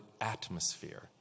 atmosphere